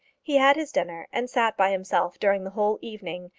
he had his dinner and sat by himself during the whole evening,